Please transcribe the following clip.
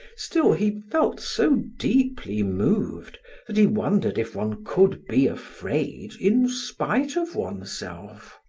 still he felt so deeply moved that he wondered if one could be afraid in spite of oneself.